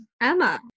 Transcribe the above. emma